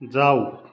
जाऊ